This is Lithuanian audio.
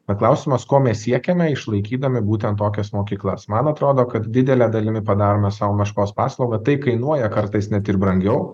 paklausimas ko mes siekiame išlaikydami būtent tokias mokyklas man atrodo kad didele dalimi padarome sau meškos paslaugą tai kainuoja kartais net ir brangiau